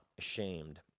ashamed